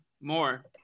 more